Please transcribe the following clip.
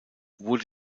wurde